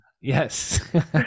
yes